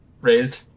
Raised